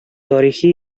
тарихи